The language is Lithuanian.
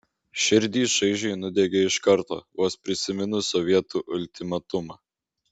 širdį šaižiai nudiegė iš karto vos prisiminus sovietų ultimatumą